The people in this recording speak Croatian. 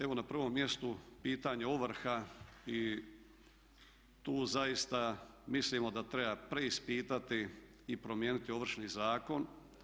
Evo na prvom mjestu pitanje ovrha i tu zaista mislimo da treba preispitati i promijeniti Ovršni zakon.